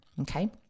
Okay